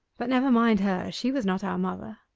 but never mind her she was not our mother